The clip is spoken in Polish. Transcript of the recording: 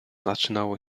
zaczynało